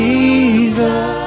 Jesus